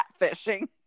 catfishing